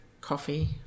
coffee